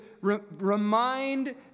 remind